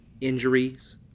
Injuries